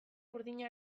burdin